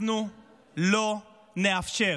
אנחנו לא נאפשר